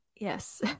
Yes